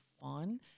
fun